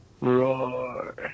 Roar